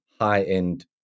high-end